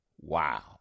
wow